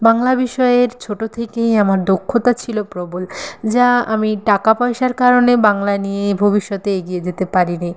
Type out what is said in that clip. বাংলা বিষয়ে ছোট থেকেই আমার দক্ষতা ছিল প্রবল যা আমি টাকা পয়সার কারণে বাংলা নিয়ে ভবিষ্যতে এগিয়ে যেতে পারিনি